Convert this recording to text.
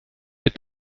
est